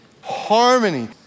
harmony